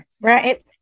Right